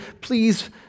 please